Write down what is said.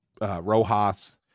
Rojas